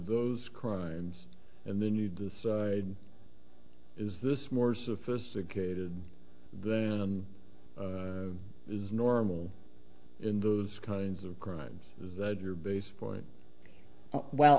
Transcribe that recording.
those crimes and then you decide is this more sophisticated than is normal in those kinds of crimes that you're base for well